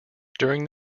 during